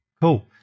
cool